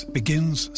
begins